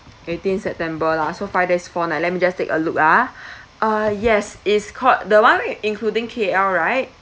eighteen september lah so five days four night let me just take a look ah uh yes it's called the [one] with including K_L right